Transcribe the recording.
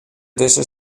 dizze